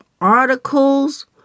articles